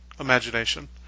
imagination